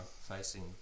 facing